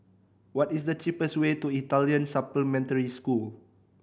what is the cheapest way to Italian Supplementary School